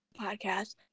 Podcast